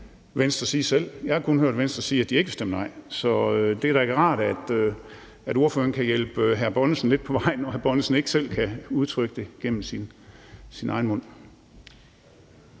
Venstre sige selv. Jeg har kun hørt Venstre sige, at de ikke vil stemme nej. Så det er da rart, at ordføreren kan hjælpe hr. Erling Bonnesen lidt på vej, når hr. Erling Bonnesen ikke selv kan udtrykke det gennem sin egen mund.